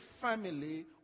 family